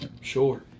Sure